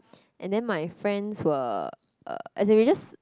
and then my friends were uh as in we just